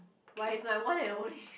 but he's my one and only